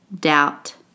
doubt